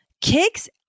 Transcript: Kicks